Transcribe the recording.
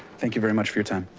thank you very much for your time.